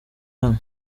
hano